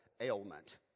ailment